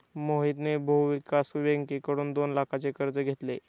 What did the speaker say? मोहितने भूविकास बँकेकडून दोन लाखांचे कर्ज घेतले